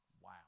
wow